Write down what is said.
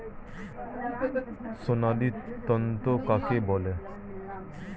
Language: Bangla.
সোনালী তন্তু কাকে বলে?